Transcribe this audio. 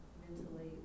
mentally